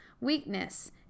weakness